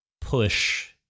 push